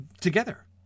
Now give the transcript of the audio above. together